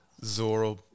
zoro